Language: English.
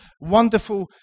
wonderful